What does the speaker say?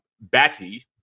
Batty